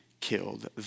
killed